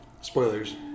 Spoilers